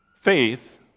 Faith